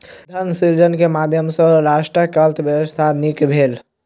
धन सृजन के माध्यम सॅ राष्ट्रक अर्थव्यवस्था नीक भेल